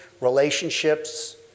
relationships